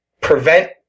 prevent